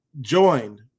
joined